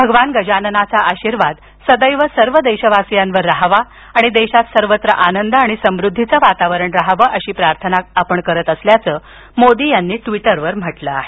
भगवान गजाननाचा आशीर्वाद सदैव सर्व देशवासीयांवर रहावा आणि देशात सर्वत्र आनंद आणि समृद्धीचं वातावरण राहावं अशी प्रार्थना आपण करत असल्याचं मोदी यांनी ट्वीटरवर म्हटलं आहे